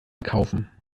kaufen